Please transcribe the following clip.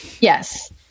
Yes